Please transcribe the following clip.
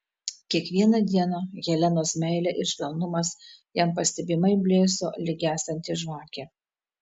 kiekvieną dieną helenos meilė ir švelnumas jam pastebimai blėso lyg gęstanti žvakė